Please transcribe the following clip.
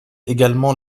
également